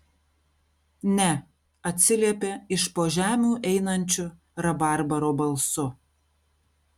ne atsiliepė iš po žemių einančiu rabarbaro balsu